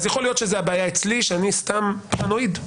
יכול שהבעיה אצלי, שאני סתם פרנואיד.